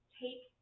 take